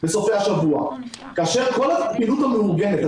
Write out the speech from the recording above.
כאשר כל הפעילות המאורגנת,